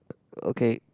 okay